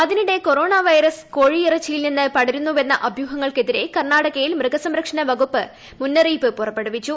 അതിനിടെ corona virus കോഴി ഇറച്ചിയിൽ നിന്ന് പടരുന്നുവെന്ന അഭ്യൂഹങ്ങൾക്കെതിരെ കർണാടകയിൽ മൃഗസംരക്ഷണ വകുപ്പ് മുന്നറിയിപ്പ് പുറപ്പെടുവിച്ചു